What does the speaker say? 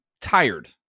tired